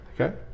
Okay